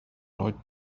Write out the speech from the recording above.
lloyd